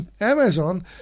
amazon